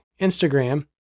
Instagram